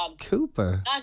Cooper